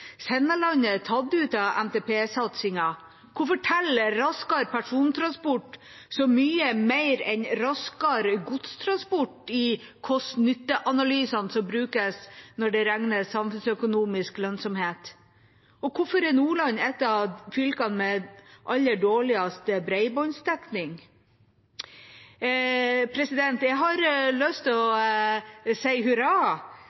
tatt ut av NTP-satsingen? Hvorfor teller raskere persontransport så mye mer enn raskere godstransport i kost–nytte-analysene som brukes når det regnes på samfunnsøkonomisk lønnsomhet? Og hvorfor er Nordland et av fylkene med aller dårligst bredbåndsdekning? Jeg har lyst til å